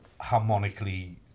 harmonically